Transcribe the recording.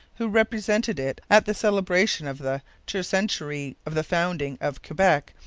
who represented it at the celebration of the tercentenary of the founding of quebec,